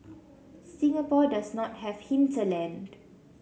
Singapore does not have hinterland